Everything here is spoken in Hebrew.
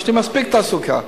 יש לי מספיק תעסוקה,